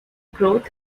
growth